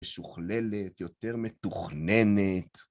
משוכללת, יותר מתוכננת.